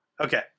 Okay